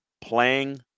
playing